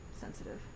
sensitive